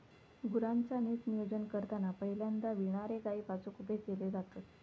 गुरांचा नीट नियोजन करताना पहिल्यांदा विणारे गायी बाजुक उभे केले जातत